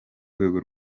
rwego